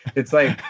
it's like,